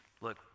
Look